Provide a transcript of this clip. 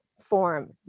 form